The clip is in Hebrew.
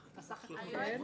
פה לא ועדת